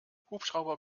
hubschrauber